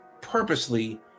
purposely